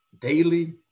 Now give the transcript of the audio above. daily